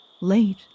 Late